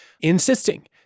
insisting